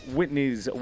Whitney's